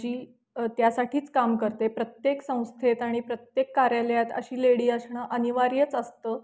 जी त्यासाठीच काम करते प्रत्येक संस्थेत आणि प्रत्येक कार्यालयात अशी लेडी असणं अनिवार्यच असतं